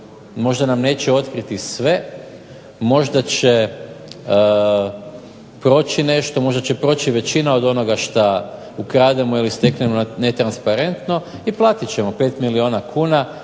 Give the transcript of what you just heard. možda nam neće otkriti sve, možda će proći nešto, možda će proći većina onoga što ukrademo ili što steknemo netransparentno i platit ćemo 5 milijuna kuna,